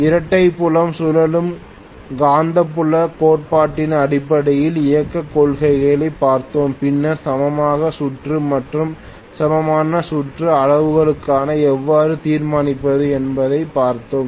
இரட்டை புலம் சுழலும் காந்தப்புல கோட்பாட்டின் அடிப்படையின் இயக்கக் கொள்கையைப் பார்த்தோம் பின்னர் சமமான சுற்று மற்றும் சமமான சுற்று அளவுருக்களை எவ்வாறு தீர்மானிப்பது என்பதைப் பார்த்தோம்